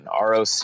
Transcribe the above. ROC